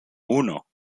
uno